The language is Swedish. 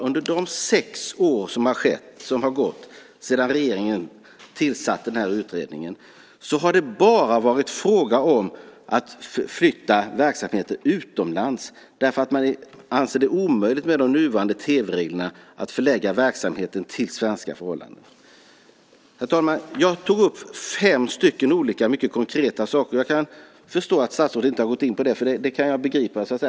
Under de sex år som har gått sedan regeringen tillsatte utredningen har det bara varit fråga om att flytta verksamheter utomlands därför att man anser det omöjligt med de nuvarande tv-reglerna att förlägga verksamheten till svenska förhållanden. Herr talman! Jag tog upp fem olika mycket konkreta saker. Jag kan förstå att statsrådet inte har gått in på det. Det kan jag begripa.